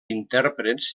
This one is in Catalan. intèrprets